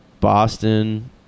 Boston